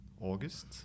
August